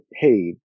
paid